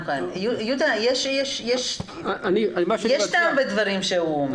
יהודה, יש טעם במה שהוא אומר.